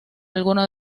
algunos